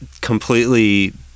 completely